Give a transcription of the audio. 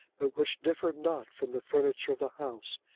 but which differed not from the furniture of the house,